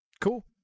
Cool